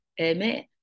Amen